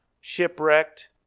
shipwrecked